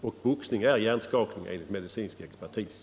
Och boxning medför hjärnskakning enligt medicinsk expertis!